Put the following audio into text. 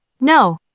no